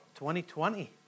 2020